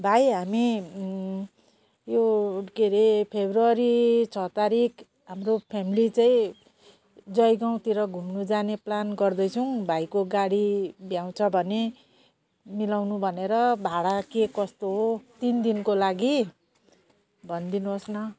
भाइ हामी यो के अरे फब्रुअरी छ तारिख हाम्रो फेमिली चाहिँ जयगाउँतिर घुम्नु जाने प्लान गर्दैछौँ भाइको गाडी भ्याउँछ भने मिलाउनु भनेर भाडा के कस्तो हो तिन दिनको लागि भनिदिनुहोस् न